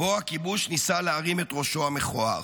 בו הכיבוש ניסה להרים את ראשו המכוער.